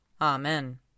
Amen